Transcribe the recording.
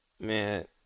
man